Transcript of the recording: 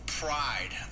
pride